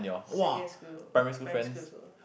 secondary school primary school also